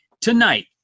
tonight